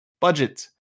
Budget